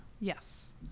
Yes